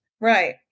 Right